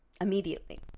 immediately